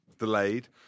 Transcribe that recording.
delayed